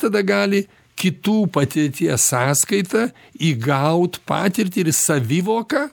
tada gali kitų patirties sąskaita įgaut patirtį ir savivoką